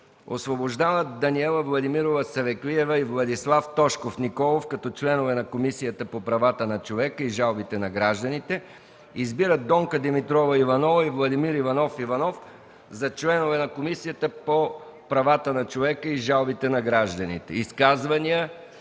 Освобождава Даниела Владимирова Савеклиева и Владислав Тошков Николов като членове на Комисията по правата на човека и жалбите на гражданите. 2. Избира Донка Димитрова Иванова и Владимир Иванов Иванов за членове на Комисията по правата на човека и жалбите на гражданите.” Изказвания?